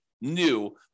new